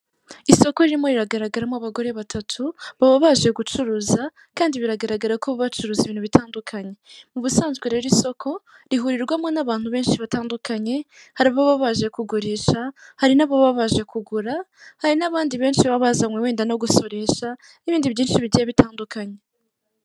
Isoko ririmo riragaragaramo abagore batatu, baba baje gucuruza kandi biragaragara ko baba bacuruza ibintu bitandukanye. Mu busanzwe rero isoko, rihurirwamo n'abantu benshi batandukanye, harimo ababa baje kugurisha hari n'ababa baje kugura, hari n'abandi benshi baba bazanywe wenda no gusoresha, n'ibindi byinshi bigiye bitandukanye.